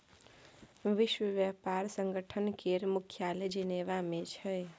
विश्व बेपार संगठन केर मुख्यालय जेनेबा मे छै